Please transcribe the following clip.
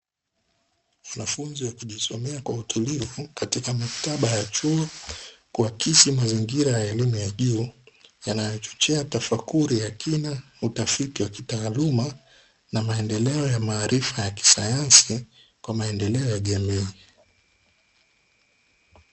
Wanafunzi wakijisomea kwa utulivu katika maktaba ya chuo, kuakisi mazingira ya elimu ya juu yanayochoshea tafakuri ya kina, utafiti wa kitaaluma, na maendeleo ya maarifa ya kisayansi kwa maendeleo ya jamii.